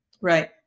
Right